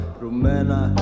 rumena